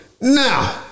Now